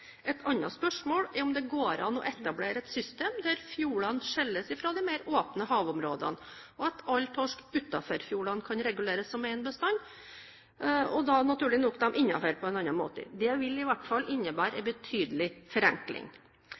Et annet spørsmål er om det går an å etablere et system der fjordene skilles fra de mer åpne havområdene, og at all torsk utenfor fjordene kan reguleres som en bestand, og da naturlig nok de innenfor på en annen måte. Det vil i hvert fall innebære en betydelig forenkling.